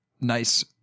nice